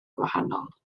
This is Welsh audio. gwahanol